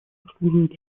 заслуживают